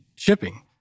shipping